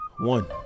One